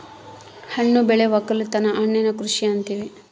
ಹಣ್ಣು ಬೆಳೆ ವಕ್ಕಲುತನನ ಹಣ್ಣಿನ ಕೃಷಿ ಅಂತಿವಿ